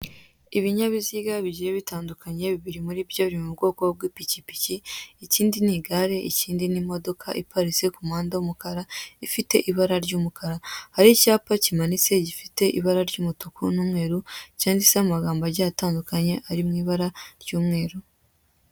Ibinyabiziga bigiye bitandukanye bibiri muri byo biri mu bwoko bw'ipikipiki ikindi ni igare ikindi ni imodoka iparitse ku muhanda w'umukara ifite ibara ry'umukara, hari icyapa kimanitse gifite ibara ry'umutuku n'umweru cyanditseho amagambo agiye atandukanye ari mu ibara ry'umweru.